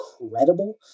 incredible